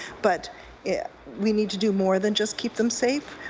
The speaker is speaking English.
but yeah we need to do more than just keep them safe.